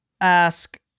ask